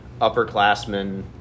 upperclassmen